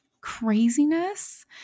craziness